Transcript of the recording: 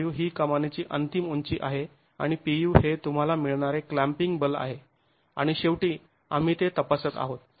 ru ही कमानीची अंतिम उंची आहे आणि Pu हे तुम्हाला मिळणारे क्लॅंम्पिंग बल आहे आणि शेवटी आम्ही ते तपासत आहोत